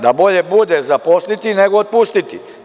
Da bolje bude zaposliti nego otpustiti.